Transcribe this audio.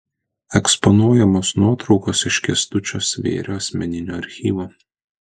eksponuojamos nuotraukos iš kęstučio svėrio asmeninio archyvo